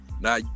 Now